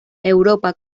europa